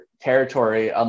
territory